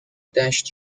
دشت